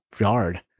yard